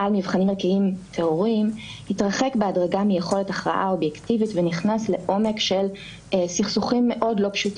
אלה שני דברים שונים לפסול חקיקה ולעשות פרשנות